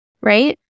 right